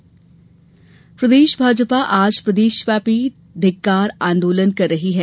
भाजपा आंदोलन प्रदेष भाजपा आज प्रदेशव्यापी धिक्कार आंदोलन कर रही है